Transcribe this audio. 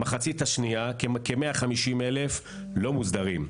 המחצית השנייה, כ-150,000, לא מוסדרים.